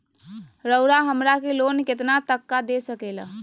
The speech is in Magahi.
रउरा हमरा के लोन कितना तक का दे सकेला?